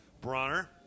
Bronner